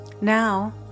Now